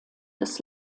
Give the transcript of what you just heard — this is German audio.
des